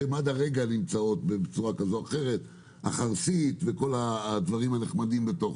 שעד הרגע קיימות בצורה כזו או אחרת: החרסית וכל הדברים הנחמדים בתוכו.